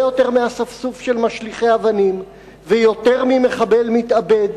יותר מהאספסוף של משליכי אבנים ויותר ממחבל מתאבד,